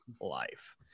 life